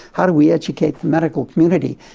how do we educate the medical community?